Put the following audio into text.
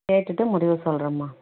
கேட்டுவிட்டு முடிவு சொல்லுறோம்மா